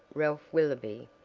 ralph willoby,